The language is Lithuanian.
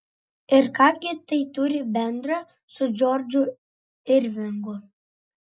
ir ką gi tai turi bendra su džordžu irvingu